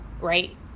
right